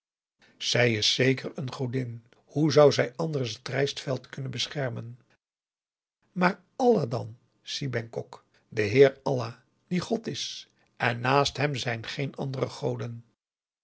zij is zeker een godin hoe zou zij anders het rijstveld kunnen beschermen maar allah dan si bengkok de heer allah die god is en naast hem zijn geen andere goden